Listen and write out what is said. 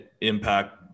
impact –